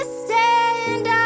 stand